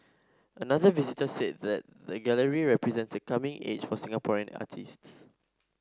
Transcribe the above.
another visitor said that the gallery represents a coming age for Singaporean artists